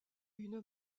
une